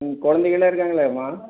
ம் குழந்தைகள்லாம் இருக்காங்களாம்மா